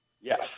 Yes